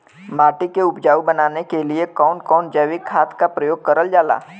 माटी के उपजाऊ बनाने के लिए कौन कौन जैविक खाद का प्रयोग करल जाला?